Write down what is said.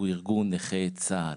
הוא ארגון נכי צה"ל